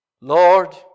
Lord